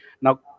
Now